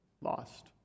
lost